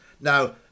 Now